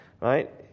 Right